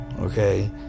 Okay